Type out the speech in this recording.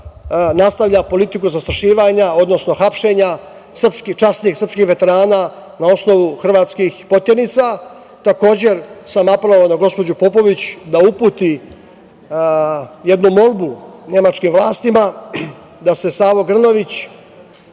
nastavlja politiku zastrašivanja, odnosno hapšenja časnih srpskih veterana na osnovu hrvatskih poternica. Takođe sam apelovao na gospođu Popović da uputi jednu molbu nemačkim vlastima da se Savo Grnović